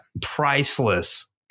priceless